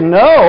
no